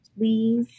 please